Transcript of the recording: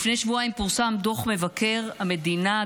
לפני שבועיים פורסם דוח מבקר המדינה,